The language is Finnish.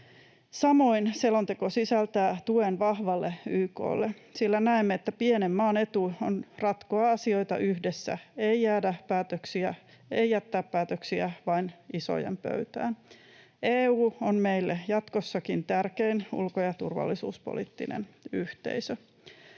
Samoin selonteko sisältää tuen vahvalle YK:lle, sillä näemme, että pienen maan etu on ratkoa asioita yhdessä, ei jättää päätöksiä vain isojen pöytään. EU on meille jatkossakin tärkein ulko- ja turvallisuuspoliittinen yhteisö.